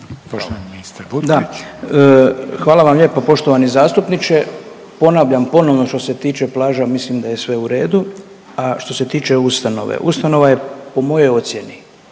hvala vam lijepo poštovani zastupniče. Ponavljam ponovno što se tiče plaža mislim da je sve u redu, a što se tiče ustanove, ustanova je po mojoj ocjeni,